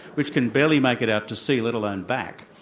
which can barely make it out to sea, let alone back.